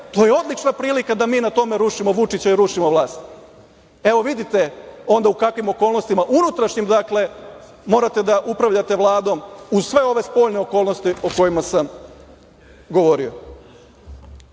to je odlična prilika da mi na tome rušimo Vučića i rušimo vlast. Evo, vidite onda u kakvim okolnostima unutrašnjim morate da upravljate Vladom uz sve ove spoljne okolnosti o kojima sam govorio. Drago